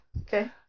okay